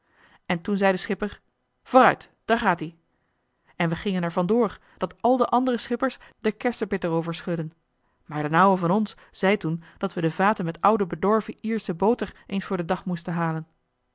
en toen zei de schipper vooruit daar gaat ie en we gingen er van door dat al de andere schippers d'r kersepit er over schudden maar d'n ouwe van ons zei toen dat we de vaten met oude bedorven iersche boter eens voor den dag moesten halen